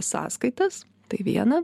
sąskaitas tai viena